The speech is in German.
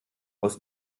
aus